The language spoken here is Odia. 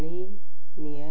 ନିଆ